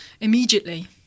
immediately